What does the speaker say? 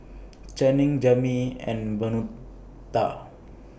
Channing Jami and Bonita